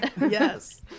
yes